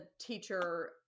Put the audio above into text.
teacher